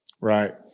right